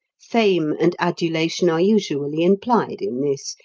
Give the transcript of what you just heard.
fame and adulation are usually implied in this,